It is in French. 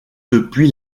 depuis